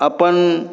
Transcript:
अपन